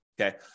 Okay